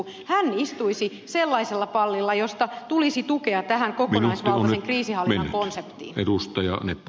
hän istuisi sellaisella pallilla josta tulisi tukea tähän kokonaisvaltaisen kriisinhallinnan konseptiin